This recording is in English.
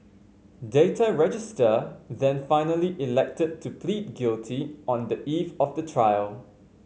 Data Register then finally elected to plead guilty on the eve of the trial